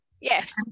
yes